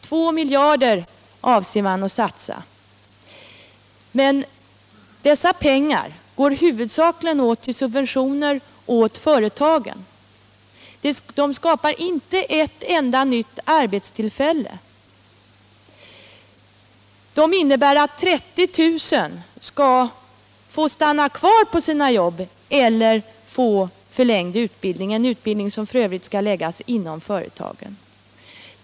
2 miljarder avser man att satsa. Men dessa pengar går huvudsakligen till subventioner åt företagen. De skapar inte ett enda nytt arbetstillfälle. De går till att låta 30 000 stanna kvar på sina jobb eller till att ge dem förlängd utbildning, en utbildning som f. ö. skall läggas inom företagen.